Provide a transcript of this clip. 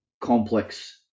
complex